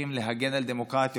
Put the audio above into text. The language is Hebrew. כשצריכים להגן על הדמוקרטיה,